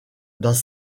dans